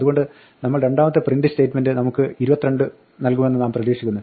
അതുകൊണ്ട് നമ്മൾ രണ്ടാമത്തെ print സ്റ്റേറ്റ്മെന്റ് നമുക്ക് 22 നൽകുമെന്ന് നാം പ്രതീക്ഷിക്കുന്നു